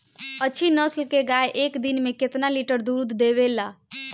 अच्छी नस्ल क गाय एक दिन में केतना लीटर दूध देवे ला?